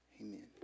Amen